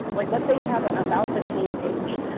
like let's say you have but an about the team page.